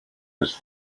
was